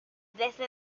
desde